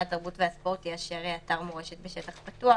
התרבות והספורט יאשר אתר מורשת בשטח פתוח,